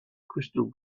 crystal